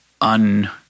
un